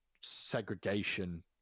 segregation